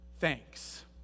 thanks